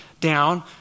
down